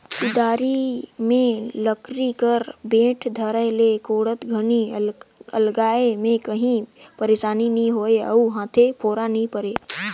कुदारी मे लकरी कर बेठ धराए ले कोड़त घनी अलगाए मे काही पइरसानी नी होए अउ हाथे फोरा नी परे